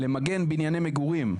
למגן בנייני מגורים".